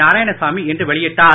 நாராயணசாமி இன்று வெளியிட்டார்